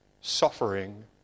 suffering